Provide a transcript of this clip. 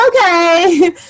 okay